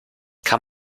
kann